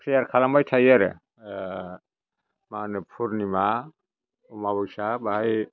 फ्रेयार खालामबाय थायो आरो माहोनो फुर्निमा अमाबैसा बाहाय